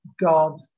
God